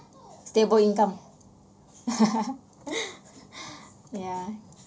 stable income ya